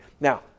Now